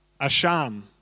Asham